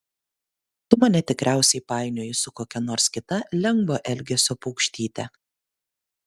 tu mane tikriausiai painioji su kokia nors kita lengvo elgesio paukštyte